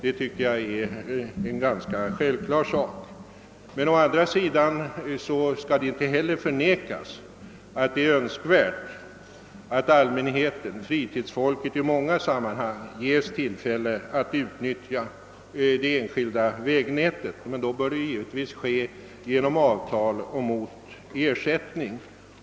Emellertid skall det inte förnekas, att det är Önskvärt att allmänheten och friluftsfolket ges tillfälle att utnyttja de enskilda vägnätet, men då bör detta givetvis ske enligt avtal och mot ersättning.